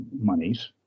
monies